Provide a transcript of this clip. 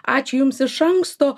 ačiū jums iš anksto